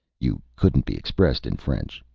you couldn't be expressed in french,